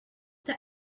the